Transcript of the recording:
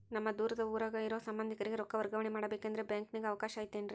ನಮ್ಮ ದೂರದ ಊರಾಗ ಇರೋ ಸಂಬಂಧಿಕರಿಗೆ ರೊಕ್ಕ ವರ್ಗಾವಣೆ ಮಾಡಬೇಕೆಂದರೆ ಬ್ಯಾಂಕಿನಾಗೆ ಅವಕಾಶ ಐತೇನ್ರಿ?